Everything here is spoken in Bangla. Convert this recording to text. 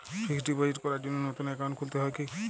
ফিক্স ডিপোজিট করার জন্য নতুন অ্যাকাউন্ট খুলতে হয় কী?